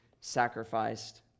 sacrificed